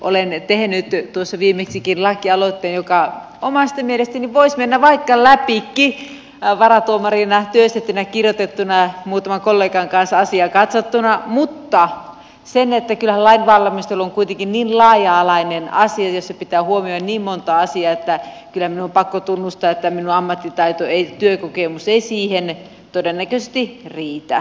olen tehnyt tuossa viimeksikin lakialoitteen joka omasta mielestäni voisi mennä vaikka läpikin varatuomarina työstettynä kirjoitettuna muutaman kollegan kanssa asiaa katsottuna mutta kyllähän lain valmistelu on kuitenkin niin laaja alainen asia jossa pitää huomioida niin monta asiaa että kyllä minun on pakko tunnustaa että minun ammattitaitoni työkokemus ei siihen todennäköisesti riitä